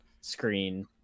screen